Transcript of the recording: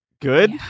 Good